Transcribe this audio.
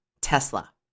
Tesla